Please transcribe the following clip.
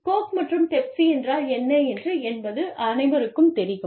Coke மற்றும் Pepsi என்றால் என்ன என்றும் என்பது அனைவருக்கும் தெரியும்